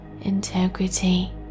integrity